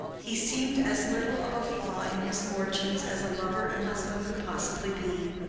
he seemed as little of a flaw in his fortunes as a lover and husband could possibly be.